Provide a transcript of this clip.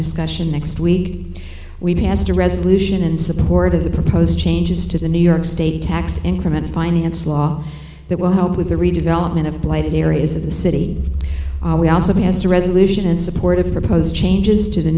discussion next week we passed a resolution in support of the proposed changes to the new york state tax increment finance law that will help with the redevelopment of blighted areas of the city we also passed a resolution in support of the proposed changes to the